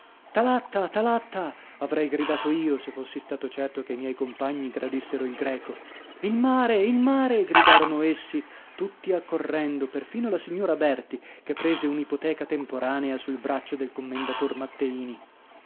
thalatta thalatta avrei gridato io se fossi stato certo che i miei compagni gradissero il greco il mare il mare gridarono essi tutti accorrendo perfino la signora berti che prese un'ipoteca temporanea sul braccio del commendator matteini